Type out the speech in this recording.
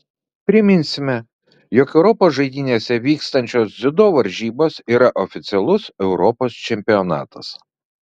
priminsime jog europos žaidynėse vykstančios dziudo varžybos yra oficialus europos čempionatas